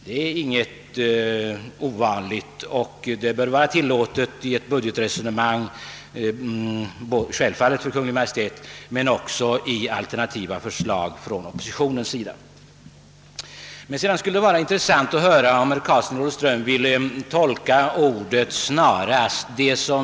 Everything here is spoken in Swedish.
Detta är alltså inte något ovanligt, och det bör givetvis vara tillåtet även för oppositionen att använda en sådan teknik när den framlägger alternativa förslag.